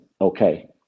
okay